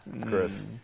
Chris